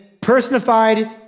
personified